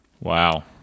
Wow